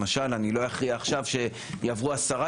למשל אני לא אכריע עכשיו שיעברו עשרה